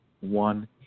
one